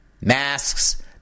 masks